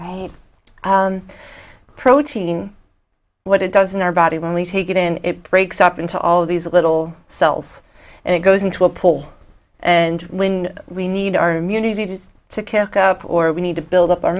right protein what it does in our body when we take it in it breaks up into all these little cells and it goes into a pool and when we need our immunity to kick up or we need to build up our